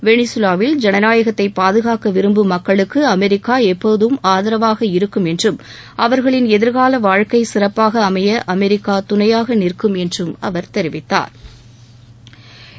வெளிசுவாவில் ஜனநாயகத்தை பாதுகாக்க விரும்பும் மக்களுக்கு அமெிக்கா எப்போதும் ஆதரவாக இருக்கும் என்றும் அவர்களின் எதிர்கால வாழ்க்கை சிறப்பாக அமைய அமெரிக்கா துணையாக நிற்கும் என்றும் அவர் தெரிவித்தாா்